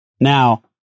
Now